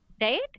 Right